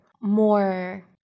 more